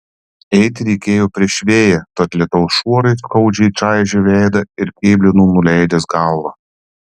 eiti reikėjo prieš vėją tad lietaus šuorai skaudžiai čaižė veidą ir kėblinau nuleidęs galvą